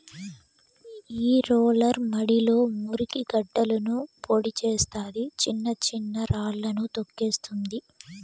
ఈ రోలర్ మడిలో మురికి గడ్డలను పొడి చేస్తాది, చిన్న చిన్న రాళ్ళను తోక్కేస్తుంది